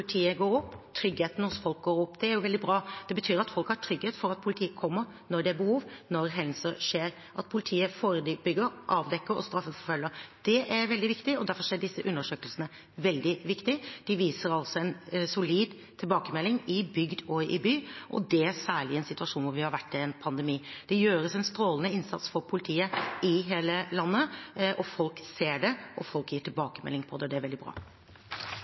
går opp, at tryggheten hos folk går opp. Det er veldig bra. Det betyr at folk har trygghet for at politiet kommer når det er behov, når hendelser skjer, at politiet forebygger, avdekker og straffeforfølger. Det er veldig viktig. Og derfor er disse undersøkelsene veldig viktige – de viser altså en solid tilbakemelding, i bygd og i by – og det særlig i en situasjon hvor vi har vært i en pandemi. Det gjøres en strålende innsats fra politiet i hele landet. Folk ser det, folk gir tilbakemelding på det, og det er veldig bra.